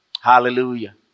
Hallelujah